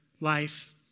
life